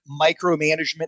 micromanagement